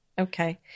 Okay